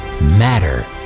matter